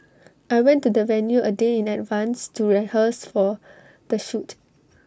I went to the venue A day in advance to rehearse for the shoot